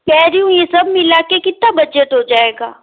कह रही हूँ यह सब मिलाकर कितना बजट हो जाएगा